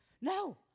No